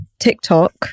TikTok